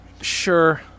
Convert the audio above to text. Sure